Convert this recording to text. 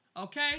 Okay